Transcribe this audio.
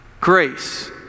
grace